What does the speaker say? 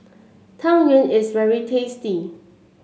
Tang Yuen is very tasty